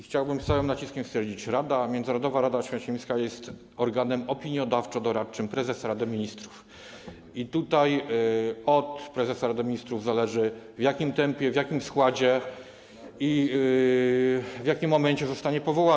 Chciałbym z całym naciskiem stwierdzić, że Międzynarodowa Rada Oświęcimska jest organem opiniodawczo-doradczym prezesa Rady Ministrów i od prezesa Rady Ministrów zależy, w jakim tempie, w jakim składzie i w jakim momencie zostanie powołana.